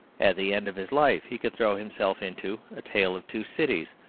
at the end of his life he could throw himself into a tale of two cities,